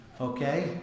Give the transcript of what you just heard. okay